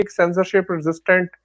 censorship-resistant